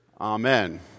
amen